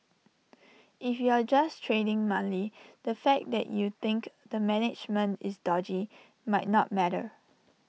if you're just trading monthly the fact that you think the management is dodgy might not matter